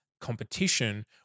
competition